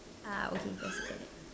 ah okay let's circle that